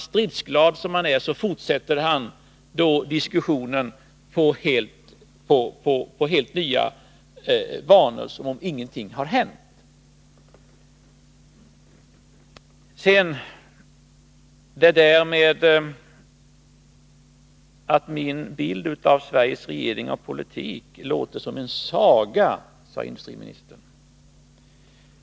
Stridsglad som han är fortsätter han diskussionen i helt nya banor som om ingenting hade hänt. Sedan sade industriministern att min bild av Sveriges regering och dess politik verkar som en saga.